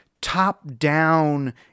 top-down